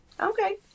Okay